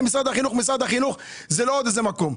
משרד החינוך זה לא עוד איזה מקום.